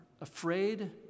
afraid